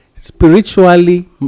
spiritually